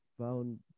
found